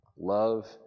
Love